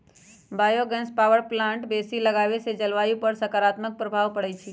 bio gas power plant बेशी लगाबेसे जलवायु पर सकारात्मक प्रभाव पड़इ छै